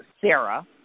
Sarah